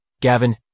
Gavin